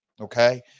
Okay